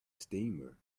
steamer